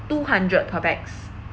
two hundred per pax